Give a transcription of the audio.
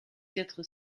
quatre